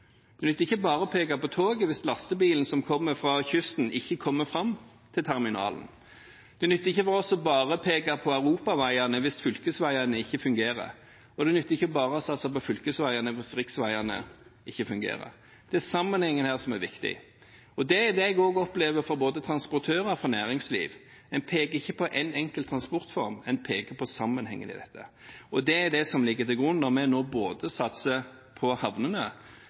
Det nytter ikke bare å peke på toget hvis lastebilen som kommer fra kysten, ikke kommer fram til terminalen. Det nytter ikke for oss bare å peke på europaveiene hvis fylkesveiene ikke fungerer, og det nytter ikke bare å satse på fylkesveiene hvis riksveiene ikke fungerer. Det er sammenhengen her som er viktig. Det er det jeg også opplever for både transportører og for næringsliv – en peker ikke på en enkelt transportform, en peker på sammenhengen i dette. Det er det som ligger til grunn når vi nå satser på havnene,